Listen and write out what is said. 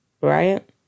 right